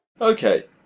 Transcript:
Okay